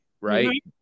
right